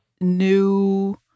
new